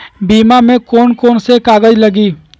बीमा में कौन कौन से कागज लगी?